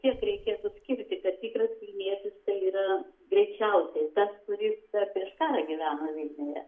tiek reikėtų skirti kad tikras vilnietis tai yra greičiausiai tas kuris prieš karą gyveno vilniuje